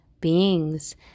beings